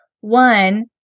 One